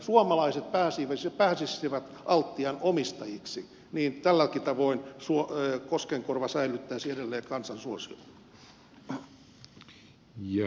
suomalaiset pääsisivät altian omistajiksi ja niin tälläkin tavoin koskenkorva säilyttäisi edelleen kansansuosion